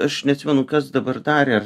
aš neatsimenu kas dabar darė